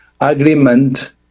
agreement